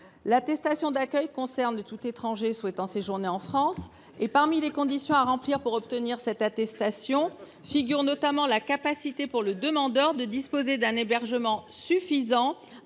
L’attestation d’accueil concerne tout étranger non européen souhaitant séjourner en France. Parmi les conditions à remplir pour obtenir cette attestation figure notamment la capacité du demandeur à disposer d’un hébergement suffisant